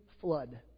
flood